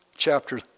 chapter